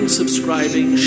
subscribing